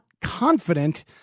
confident